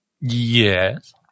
Yes